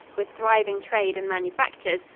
with thriving trade and manufactures,